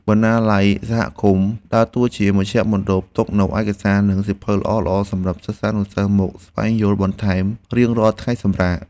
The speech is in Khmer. បណ្ណាល័យសហគមន៍ដើរតួជាមជ្ឈមណ្ឌលផ្ទុកនូវឯកសារ និងសៀវភៅល្អៗសម្រាប់សិស្សានុសិស្សមកស្វែងយល់បន្ថែមរៀងរាល់ថ្ងៃសម្រាក។